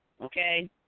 okay